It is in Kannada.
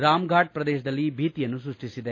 ರಾಮ್ಘಾಟ್ ಪ್ರದೇಶದಲ್ಲಿ ಭೀತಿಯನ್ನು ಸೃಷ್ಟಿಸಿದೆ